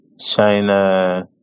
China